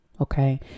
Okay